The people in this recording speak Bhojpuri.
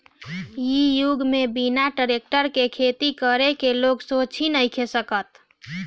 इ युग में बिना टेक्टर के खेती करे के लोग सोच ही नइखे सकत